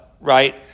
right